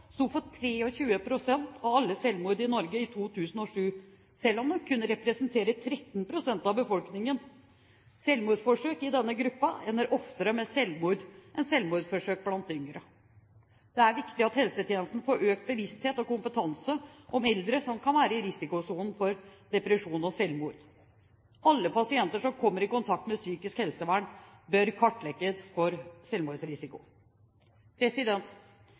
sto for 23 pst. av alle selvmord i Norge i 2007, selv om de kun representerte 13 pst. av befolkningen. Selvmordsforsøk i denne gruppen ender oftere med selvmord enn selvmordsforsøk blant yngre. Det er viktig at helsetjenesten får økt bevissthet og kompetanse om eldre som kan være i risikosonen for depresjon og selvmord. Alle pasienter som kommer i kontakt med psykisk helsevern, bør kartlegges for